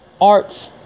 arts